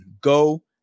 go